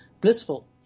blissful